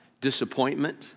disappointment